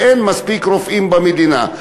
שאין מספיק רופאים במדינה.